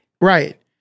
Right